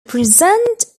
present